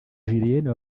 julienne